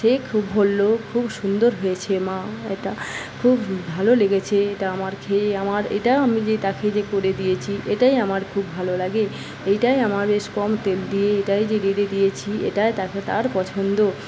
সে খুব বলল খুব সুন্দর হয়েছে মা এটা খুব ভালো লেগেছে এটা আমার খেয়ে আমার এটা আমি যে তাকে যে করে দিয়েছি এটাই আমার খুব ভালো লাগে এটাই আমার বেশ কম তেল দিয়ে এটাই যে রেঁধে দিয়েছি এটাই তাকে তার পছন্দ